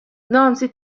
نانسی